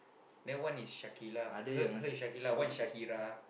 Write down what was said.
that one is Shaqilah her her is Shaqilah one is Shahirah